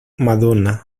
madonna